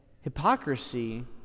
Hypocrisy